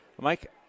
Mike